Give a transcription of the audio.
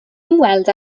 ymweld